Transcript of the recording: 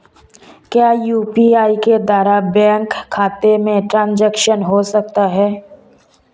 क्या यू.पी.आई के द्वारा बैंक खाते में ट्रैन्ज़ैक्शन हो सकता है?